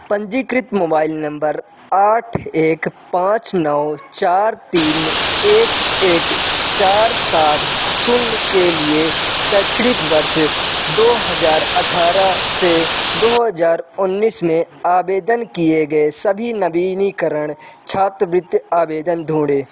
पंजीकृत mobile number आठ एक पाँच नौ चार तीन एक एक चार सात शून्य के लिए शैक्षणिक वर्ष दो हजार अट्ठारह से दो हजार उन्नीस में आवेदन किए गए सभी नवीनीकरण छात्रवृत्ति आवेदन ढूँढें